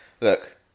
look